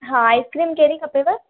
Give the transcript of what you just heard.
हा आइस्क्रीम कहिड़ी खपेव